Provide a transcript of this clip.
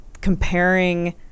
Comparing